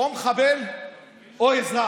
באום אל-חיראן נהרג או מחבל או אזרח.